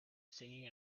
singing